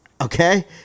Okay